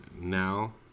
now